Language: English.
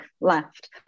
left